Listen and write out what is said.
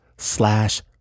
slash